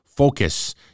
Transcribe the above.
focus